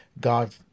God